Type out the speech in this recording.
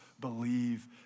believe